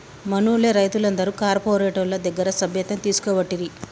మనూళ్లె రైతులందరు కార్పోరేటోళ్ల దగ్గర సభ్యత్వం తీసుకోవట్టిరి